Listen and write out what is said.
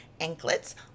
anklets